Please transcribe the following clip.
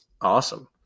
awesome